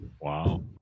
Wow